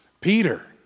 Peter